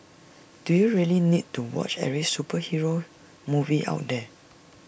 do you really need to watch every superhero movie out there